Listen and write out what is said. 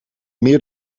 meer